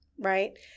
right